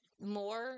more